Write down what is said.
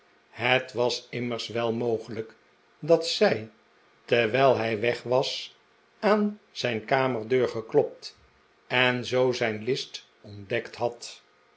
het was immers wel mogelijk dat zij terwijl hij weg was aan zijn kamerdeur geklopt en zoo zijn list ontdekt had